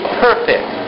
perfect